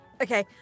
Okay